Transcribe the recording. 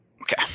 okay